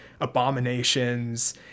abominations